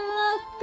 look